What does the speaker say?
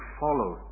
follow